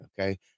okay